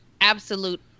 absolute